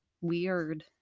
weird